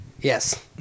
Yes